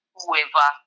whoever